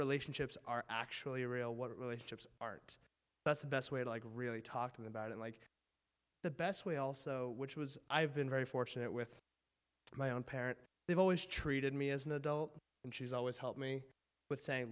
relationships are actually real what relationships art that's the best way to really talking about it like the best way also which was i've been very fortunate with my own parents they've always treated me as an adult and she's always helped me with saying